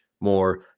more